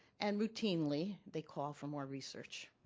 and routinely they call for more research.